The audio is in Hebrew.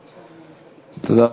תודה.